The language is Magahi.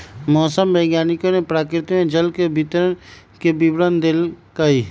मौसम वैज्ञानिक ने प्रकृति में जल के वितरण के विवरण देल कई